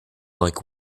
like